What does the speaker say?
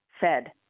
fed